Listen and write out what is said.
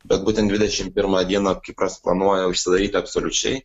bet būtent dvidešim pirmą dieną kipras planuoja užsidaryt absoliučiai